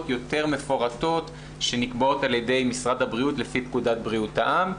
יותר מפורטות שנקבעות על ידי משרד הבריאות לפי פקודת בריאות העם.